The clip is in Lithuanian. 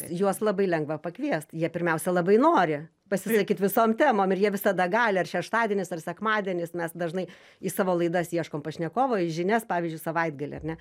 juos labai lengva pakviest jie pirmiausia labai nori pasisakyt visom temom ir jie visada gali ar šeštadienis ar sekmadienis mes dažnai į savo laidas ieškom pašnekovo į žinias pavyzdžiui savaitgalį ar ne